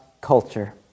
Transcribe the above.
culture